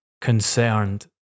concerned